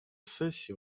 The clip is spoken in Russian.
сессии